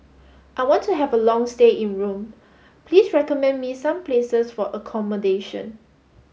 I want to have a long stay in Rome please recommend me some places for accommodation